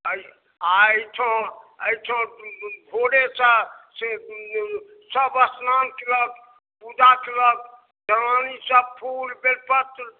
अइ आहिठाम अहिठाम भोरेसँ से सभ स्नान केलक पूजा केलक जनानी सभ फूल बेलपत्र